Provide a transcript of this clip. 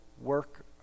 work